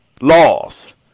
laws